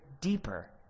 deeper